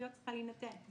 היא לא צריכה להינתן.